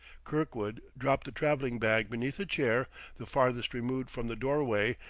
kirkwood dropped the traveling bag beneath a chair the farthest removed from the doorway,